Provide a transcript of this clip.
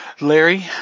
Larry